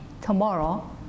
tomorrow